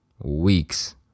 weeks